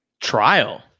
Trial